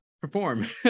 perform